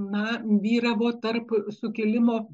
na vyravo tarp sukilimo